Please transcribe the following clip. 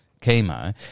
chemo